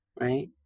right